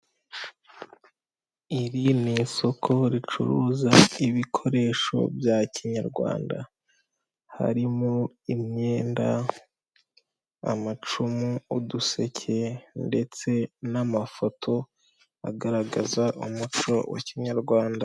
Iri ni isoko ricuruza ibikoresho bya kinyarwanda. Harimo imyenda, amacumu, uduseke ndetse n'amafoto agaragaza umuco wa kinyarwanda.